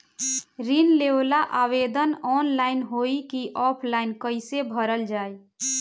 ऋण लेवेला आवेदन ऑनलाइन होई की ऑफलाइन कइसे भरल जाई?